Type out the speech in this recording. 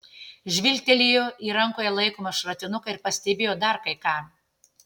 žvilgtelėjo į rankoje laikomą šratinuką ir pastebėjo dar kai ką